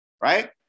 right